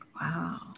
Wow